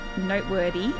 noteworthy